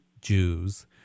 Jews